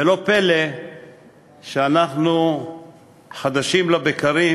ולא פלא שאנחנו שומעים חדשים לבקרים